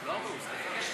אני רוצה לברך את